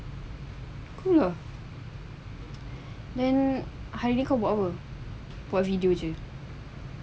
cool then hari ini kau buat apa buat video jer